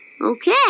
okay